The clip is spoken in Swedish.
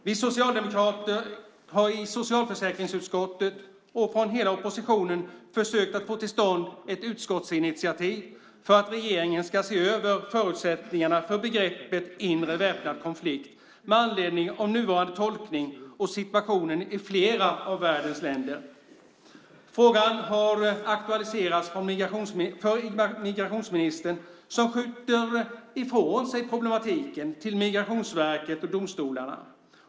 Vi socialdemokrater och hela oppositionen i socialförsäkringsutskottet har försökt att få till stånd ett utskottsinitiativ för att regeringen ska se över förutsättningarna för begreppet inre väpnad konflikt med anledning av nuvarande tolkning och situationen i flera av världens länder. Frågan har aktualiserats för migrationsministern, som skjuter ifrån sig problematiken till Migrationsverket och domstolarna.